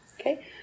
Okay